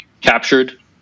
captured